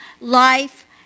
life